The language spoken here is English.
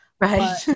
right